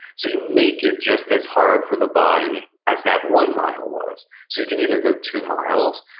so you make it just as hard for the body as that one mile was. so you can either go two miles,